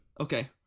okay